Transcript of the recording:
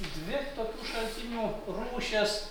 dvi tokių šaltinių rūšis